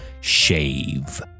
shave